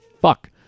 fuck